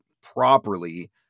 properly